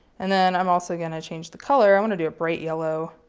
and then, i'm also going to change the color. i want to do a bright yellow.